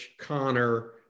Connor